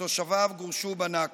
שתושביו גורשו בנכבה.